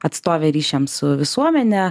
atstove ryšiams su visuomene